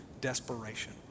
desperation